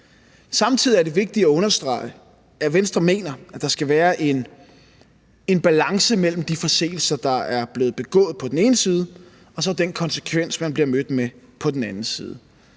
Samtidig er det vigtigt at understrege, at Venstre mener, at der skal være en balance mellem de forseelser, der er blevet begået på den ene side, og så den konsekvens, man bliver mødt med på den anden side.